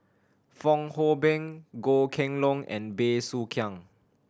Fong Hoe Beng Goh Kheng Long and Bey Soo Khiang